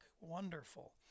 Wonderful